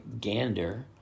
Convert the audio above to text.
gander